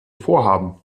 vorhaben